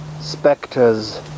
Spectres